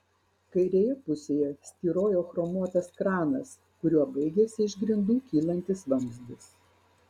kairėje pusėje styrojo chromuotas kranas kuriuo baigėsi iš grindų kylantis vamzdis